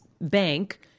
bank